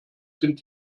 sind